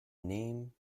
name